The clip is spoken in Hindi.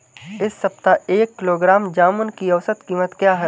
इस सप्ताह एक किलोग्राम जामुन की औसत कीमत क्या है?